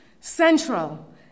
central